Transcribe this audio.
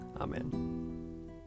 Amen